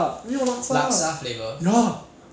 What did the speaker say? then 我是 chicken rice rojak 跟